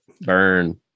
burn